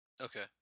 Okay